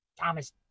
Thomas